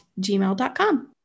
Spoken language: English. gmail.com